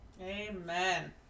Amen